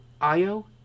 Io